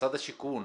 משרד השיכון,